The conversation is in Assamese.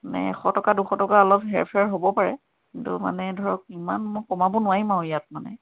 এশ টকা দুশ টকা অলপ হেৰফেৰ হ'ব পাৰে কিন্তু মানে ধৰক ইমান মই কমাব নোৱাৰিম আৰু ইয়াত মানে